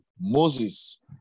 Moses